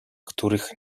których